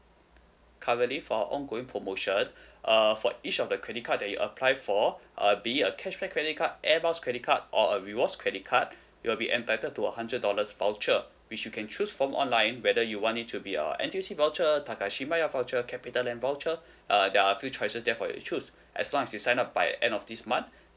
currently for ongoing promotion uh for each of the credit card that you apply for uh being a cashback credit card Air Miles credit card or a rewards credit card you will be entitled to a hundred dollars voucher which you can choose from online whether you want it to be a N_T_U_C voucher Takashimaya voucher Capitaland voucher uh there are a few choices there for you to choose as long as you sign up by end of this month